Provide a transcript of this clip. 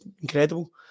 incredible